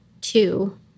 two